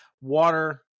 water